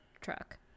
truck